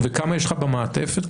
כמה זמן הם ממתינים?